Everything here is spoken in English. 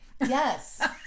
Yes